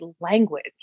language